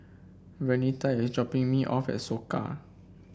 Vernita is dropping me off at Soka